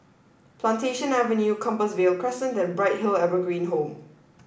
Plantation Avenue Compassvale Crescent and Bright Hill Evergreen Home